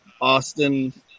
Austin